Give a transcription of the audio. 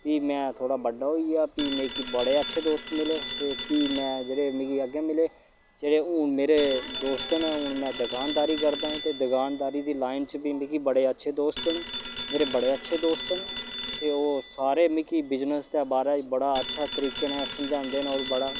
फ्ही मैं थोह्ड़ा बड्डा होई गेआ फ्ही मिकी बड़े अच्छे दोस्त मिले ते फ्ही मैं जेह्ड़े मिकी अग्गें मिले जेह्ड़े हून मेरे दोस्त ने हून मैं दकानदारी करदा ऐ ते दकानदारी दी लाइन च बी मिगी बड़े अच्छे दोस्त न मेरे बड़े अच्छे दोस्त न ते ओह् सारे मिगी बिजनेस दे बारै च बड़ा अच्छे तरीके ने समझांदे न होर बड़ा